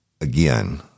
again